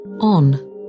on